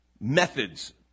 methods